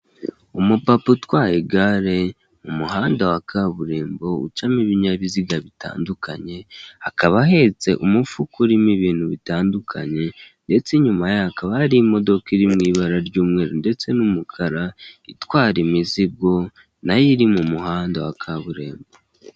Umupapa utwaye igare mu muhanda wa kaburimbo ucamo ibinyabiziga bitandukanye, akaba ahetse umufuka urimo ibintu bitandukanye ndetse inyuma ye hakaba hari imodoka iri mu ibara ry'umweru ndetse n'umukara itwara imizigo nayo iri mu muhanda wa kaburimbo.